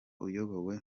uyobowe